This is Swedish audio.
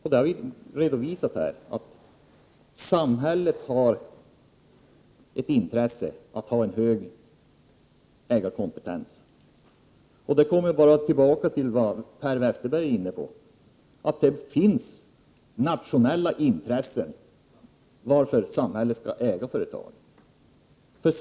Vi har här redovisat att samhället har ett intresse av att det finns en hög ägarkompetens. Därmed kommer jag tillbaka till det som Per Westerberg var inne på. Det finns nationella intressen som gör att samhället skall äga företag.